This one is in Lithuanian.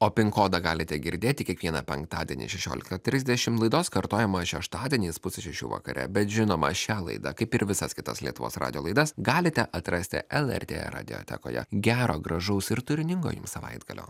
o pin kodą galite girdėti kiekvieną penktadienį šešioliktą trisdešim laidos kartojimą šeštadieniais pusę šešių vakare bet žinoma šią laidą kaip ir visas kitas lietuvos radijo laidas galite atrasti lrt radiotekoje gero gražaus ir turiningo jums savaitgalio